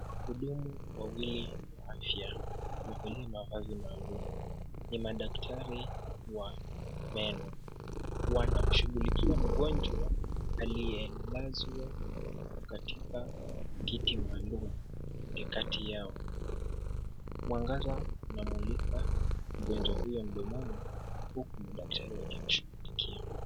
Wahudumu wawili wa afya wamevalia mavazi maalum. Ni madaktari wa meno. Wanamshughulikia mgonjwa aliyelazwa katika kiti maalum katikati yao. Mwangaza unamulika mgonjwa huyo mdomoni huku madaktari wakimshughulikia.